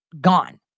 gone